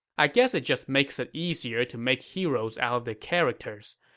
i guess it just makes it easier to make heroes out of the characters.